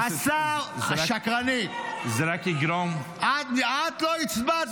זה רק יגרום --- אתה מפריע,